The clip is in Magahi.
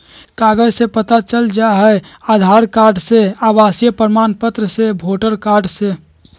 कागज से पता चल जाहई, आधार कार्ड से, आवासीय प्रमाण पत्र से, वोटर कार्ड से?